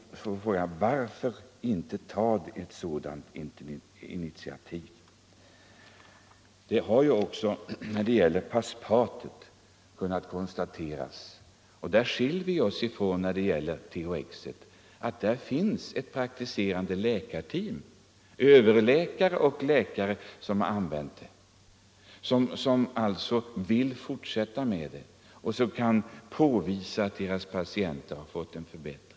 Varför inte göra det? Till skillnad mot vad som är fallet med THX används Paspat av ett läkarteam som också vill fortsätta att använda det och som kan visa att deras patienter har blivit bättre.